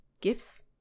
gifts